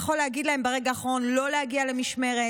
יכול להגיד להם ברגע האחרון לא להגיע למשמרת